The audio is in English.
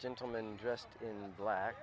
gentleman dressed in black